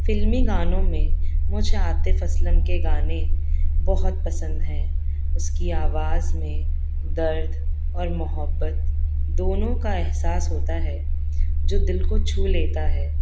فلمی گانوں میں مجھے عاطف اسلم کے گانے بہت پسند ہیں اس کی آواز میں درد اور محبت دونوں کا احساس ہوتا ہے جو دل کو چھو لیتا ہے